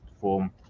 form